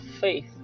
faith